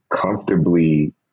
comfortably